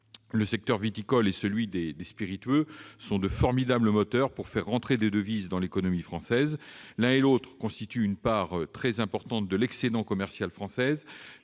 le secteur viticole et celui des spiritueux sont de formidables moteurs pour faire rentrer des devises dans l'économie française. L'un et l'autre assurent une part très importante de l'excédent commercial français.